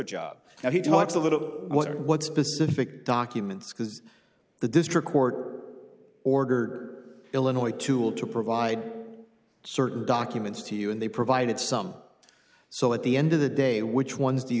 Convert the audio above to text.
job and he talks a little what what specific documents because the district court order illinois tool to provide certain documents to you and they provided some so at the end of the day which ones do you